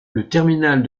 terminal